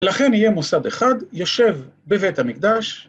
‫לכן יהיה מוסד אחד יושב בבית המקדש.